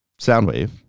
Soundwave